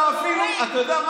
אתה יודע,